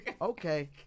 Okay